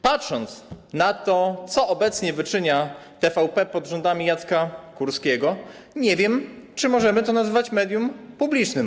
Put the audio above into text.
Patrząc na to, co obecnie wyczynia TVP pod rządami Jacka Kurskiego, nie wiem, czy możemy to nazywać medium publicznym.